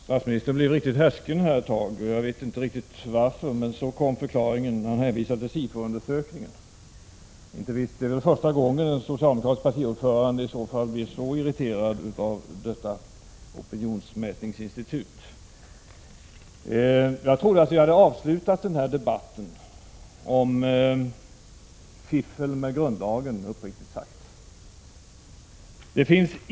Fru talman! Statsministern blev riktigt härsken här ett tag. Jag visste inte riktigt varför, men så kom förklaringen: Statsministern hänvisade till SIFO-undersökningen. Det är väl första gången socialdemokraternas ordförande blir så irriterad över detta opinionsmätningsinstitut. Jag trodde uppriktigt sagt att vi hade avslutat debatten om detta med fiffel med grundlagen.